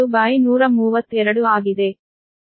2132 ಆಗಿದೆ